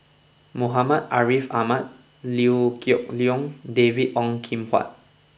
Muhammad Ariff Ahmad Liew Geok Leong David Ong Kim Huat